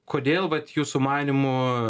kodėl vat jūsų manymu